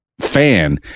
fan